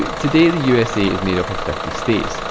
today, the usa is made up of fifty states.